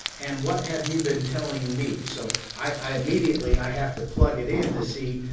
and what have you been telling me? so i immediately i have to plug it in to see,